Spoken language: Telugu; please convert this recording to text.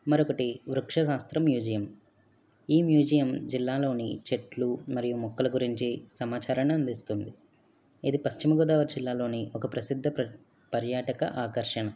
మరొకటి వృక్షశాస్త్ర మ్యూజియం ఈ మ్యూజియం జిల్లాలోని చెట్లు మరియు మొక్కల గురించి సమాచారాన్ని అందిస్తుంది ఇది పశ్చిమగోదావరి జిల్లాలోని ఒక ప్రసిద్ధ పర్యాటక ఆకర్షణ